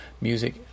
music